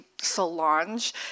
Solange